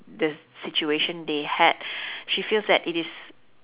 the situation they had she feels that it is